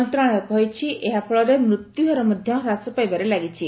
ମନ୍ତ୍ରଣାଳୟ କହିଛି ଏହାଫଳରେ ମୃତ୍ୟୁହାର ମଧ୍ୟ ହ୍ରାସ ପାଇବାରେ ଲାଗିଛି